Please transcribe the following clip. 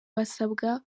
basabwa